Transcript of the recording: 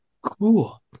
cool